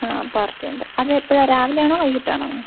ആ പാർട്ടി ഉണ്ട് അത് എപ്പോഴാണ് രാവിലെ ആണോ വൈകീട്ടാണോ